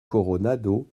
coronado